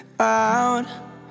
Out